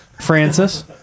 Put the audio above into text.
Francis